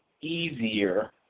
easier